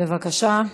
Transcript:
בבקשה,